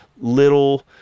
little